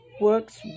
works